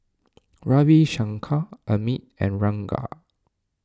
Ravi Shankar Amit and Ranga